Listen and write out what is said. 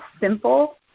simple